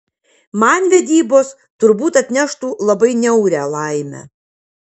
man vedybos turbūt atneštų labai niaurią laimę